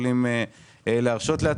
נקבל.